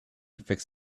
fix